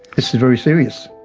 this is very serious.